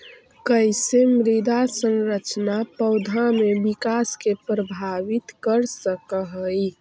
कईसे मृदा संरचना पौधा में विकास के प्रभावित कर सक हई?